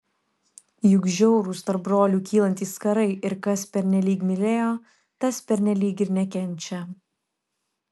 juk žiaurūs tarp brolių kylantys karai ir kas pernelyg mylėjo tas pernelyg ir nekenčia